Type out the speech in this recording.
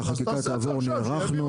ברגע שהחקיקה תעבור נערכנו,